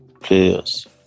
players